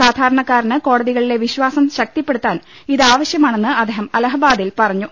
സാധാരണക്കാരന് കോടതികളിലെ വിശ്വാസം ശക്തിപ്പെടുത്താൻ ഇതാവശ്യമാണെന്ന് അദ്ദേഹം അലഹബാദിൽ പറഞ്ഞു